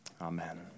Amen